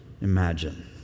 imagine